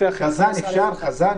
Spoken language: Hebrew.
שמותרת בצבע הרמזור עם עוד איזשהו חידוד.